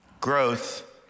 growth